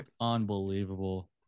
Unbelievable